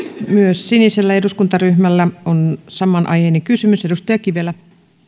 myös sinisellä eduskuntaryhmällä on samanaiheinen kysymys edustaja kivelä